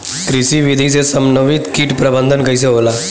कृषि विधि से समन्वित कीट प्रबंधन कइसे होला?